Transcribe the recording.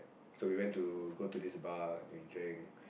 so we went to go to this bar then we drank